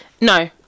no